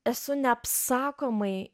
esu neapsakomai